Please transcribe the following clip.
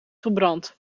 gebrand